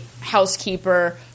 housekeeper